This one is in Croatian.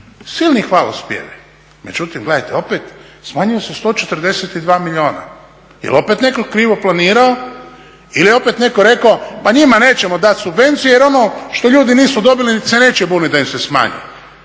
silni hvalospjevi, međutim gledajte opet smanjuju se 142 milijuna. Jel opet netko krivo planirao ili je opet netko rekao pa njima ćemo dati subvencije jer ono što ljudi nisu dobili se neće bunit da im se smanji.